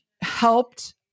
helped